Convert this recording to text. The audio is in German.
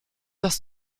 dass